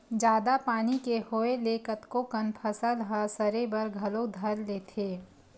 जादा पानी के होय ले कतको कन फसल ह सरे बर घलो धर लेथे